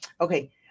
Okay